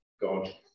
God